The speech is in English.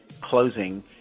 closing